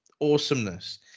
awesomeness